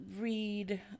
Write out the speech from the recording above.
read